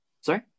Sorry